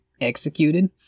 executed